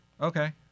Okay